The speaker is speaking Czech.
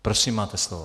Prosím, máte slovo.